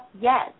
Yes